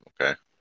okay